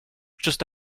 just